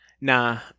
Nah